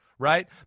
right